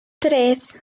tres